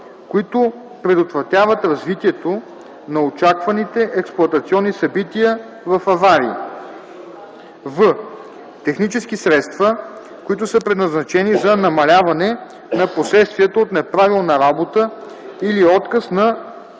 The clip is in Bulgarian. които предотвратяват развитието на очакваните експлоатационни събития в аварии; в) технически средства, които са предназначени за намаляване на последствията от неправилна работа или отказ на конструкции, системи